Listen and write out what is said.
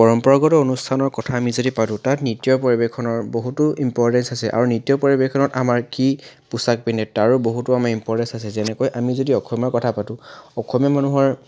পৰম্পৰাগত অনুষ্ঠানৰ কথা যদি আমি পাতোঁ তাত নৃত্য পৰিৱেশনৰ বহুতো ইম্পৰ্টেঞ্চ আছে আৰু নৃত্য পৰিৱেশনত আমাৰ কি পোছাক পিন্ধে তাৰো বহুত আমি ইম্পৰ্টেঞ্চ আছে যেনেকৈ আমি যদি অসমৰ কথা পাতোঁ অসমীয়া মানুহৰ